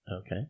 Okay